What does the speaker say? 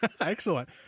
Excellent